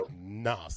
Nah